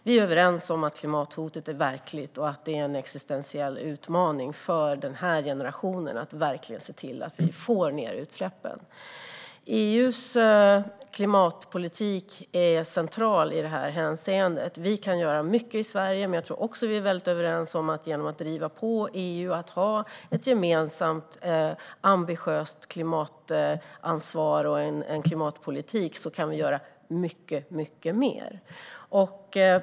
Vi är överens om att klimathotet är verkligt och att det är en existentiell utmaning för denna generation att verkligen se till att vi får ned utsläppen. EU:s klimatpolitik är central i detta hänseende. Vi kan göra mycket i Sverige. Men jag tror också att vi är väldigt överens om att vi, genom att driva på EU att ha ett gemensamt ambitiöst klimatansvar och en klimatpolitik, kan göra mycket mer.